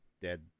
dead